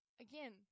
Again